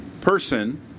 person